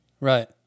Right